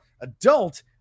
adult